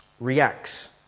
Reacts